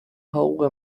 حقوق